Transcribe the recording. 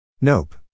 Nope